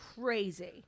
Crazy